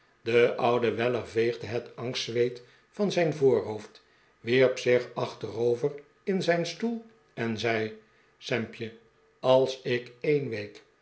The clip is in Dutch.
de oude weller veegde het angstzweet van zijn voorhoofd wierp zich achterover in zijn stoel en zei sampje als ik een week